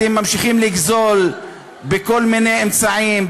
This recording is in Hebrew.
אתם ממשיכים לגזול בכל מיני אמצעים,